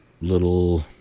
little